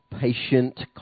patient